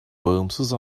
bağımsız